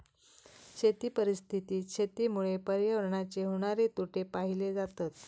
शेती परिस्थितीत शेतीमुळे पर्यावरणाचे होणारे तोटे पाहिले जातत